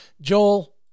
joel